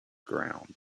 ground